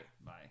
Bye